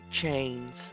chains